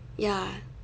ya